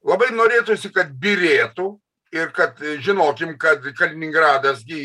labai norėtųsi kad byrėtų ir kad žinokim kad kaliningradas gi